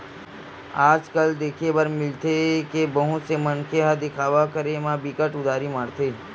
आज कल देखे बर मिलथे के बहुत से मनखे ह देखावा करे म बिकट उदारी मारथे